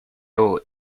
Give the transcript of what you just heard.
will